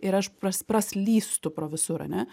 ir aš pras praslystu pro visur ane